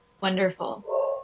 wonderful